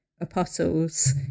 apostles